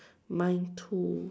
mine too